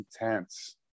intense